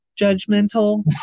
judgmental